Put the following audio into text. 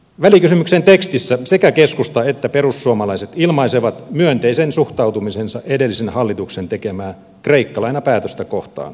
välikysymyksen tekstissä sekä keskusta että perussuomalaiset ilmaisevat myönteisen suhtautumisensa edellisen hallituksen tekemää kreikka lainapäätöstä kohtaan